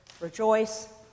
Rejoice